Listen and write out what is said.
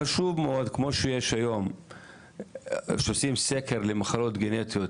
חשוב מאוד כמו שיש היום סקרים למחלות גנטיות